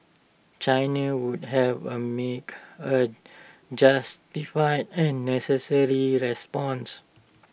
China would have A make A justified and necessary response